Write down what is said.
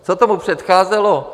Co tomu přecházelo?